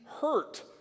hurt